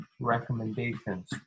recommendations